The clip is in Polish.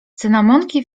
cynamonki